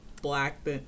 black